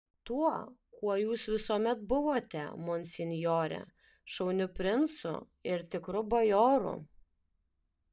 tuo kuo jūs visuomet buvote monsinjore šauniu princu ir tikru bajoru